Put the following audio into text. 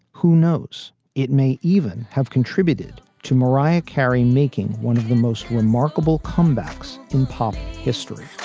who knows? it may even have contributed to mariah carey making one of the most remarkable comebacks in pop history.